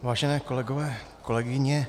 Vážení kolegové, kolegyně.